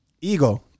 ego